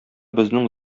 безнең